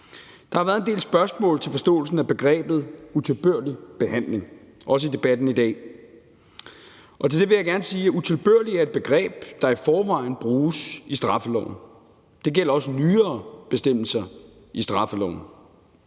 Der har været en del spørgsmål til forståelsen af begrebet om utilbørlig behandling, også i debatten i dag. Til det vil jeg gerne sige, at utilbørlig er et begreb, der i forvejen bruges i straffeloven. Det gælder også nyere bestemmelser i straffeloven.